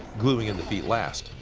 gluing in the feet last.